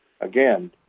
again